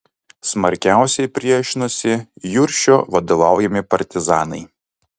smarkiausiai priešinosi juršio vadovaujami partizanai